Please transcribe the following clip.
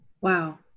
Wow